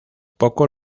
poco